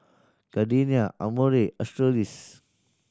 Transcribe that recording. Gardenia Amore Australis